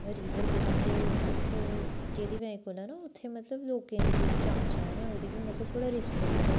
river कोला ते जित्थे जेह्दी बजह कन्नै ना उत्थें मतलब लोकें दी जेह्ड़ी जान शान ऐ ओह्दी बी मतलब थोह्ड़ा रिस्क रौंहदा